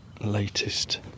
latest